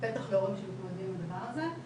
בטח להורים שמתמודדים עם הדבר הזה.